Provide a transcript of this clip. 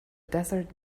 desert